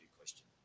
question